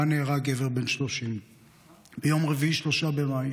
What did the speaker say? שבה נהרג גבר בן 30. ביום רביעי 3 במאי